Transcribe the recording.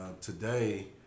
Today